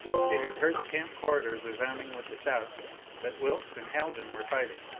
she had heard the camp corridors resounding with the shouts that wilks and haljan were fighting.